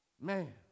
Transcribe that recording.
man